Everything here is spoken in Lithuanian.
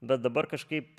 bet dabar kažkaip